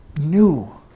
new